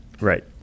right